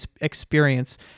experience